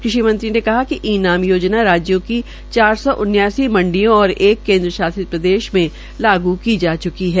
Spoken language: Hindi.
कृषि मंत्री ने कहा कि ई नाम योजना राज्यों की चार सौ उन्चासी मंडियों और एक केन्द्र शासित प्रदेश में लागू की जा च्की है